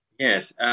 Yes